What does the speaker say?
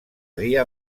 día